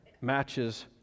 matches